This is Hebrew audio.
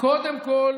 קודם כול